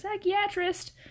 psychiatrist